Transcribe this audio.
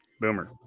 Boomer